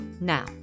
Now